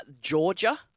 Georgia